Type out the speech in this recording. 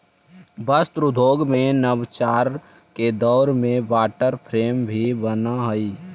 वस्त्र उद्योग में नवाचार के दौर में वाटर फ्रेम भी बनऽ हई